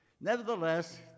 Nevertheless